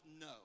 no